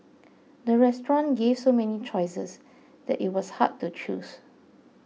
the restaurant gave so many choices that it was hard to choose